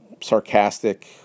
sarcastic